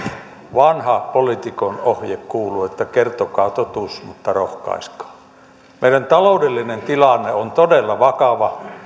vanha poliitikon ohje kuuluu että kertokaa totuus mutta rohkaiskaa meidän taloudellinen tilanteemme on todella vakava